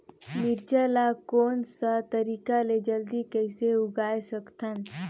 मिरचा ला कोन सा तरीका ले जल्दी कइसे उगाय सकथन?